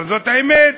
אבל זאת האמת.